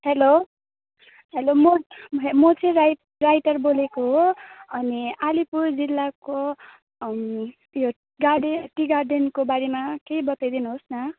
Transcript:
hello hello म म चाहिँ राइ राइटर बोलेको हो अनि अलिपुर जिल्लाको त्यो गार्डन टी गार्डनको बारेमा केही बताइदिनु होस् न